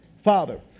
Father